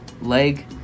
leg